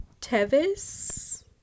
Tevis